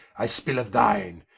i spill of thine,